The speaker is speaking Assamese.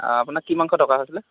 অঁ আপোনাক কি মাংস দৰকাৰ হৈছিলে